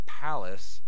palace